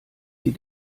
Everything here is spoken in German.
sie